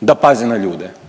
da paze na ljude.